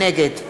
נגד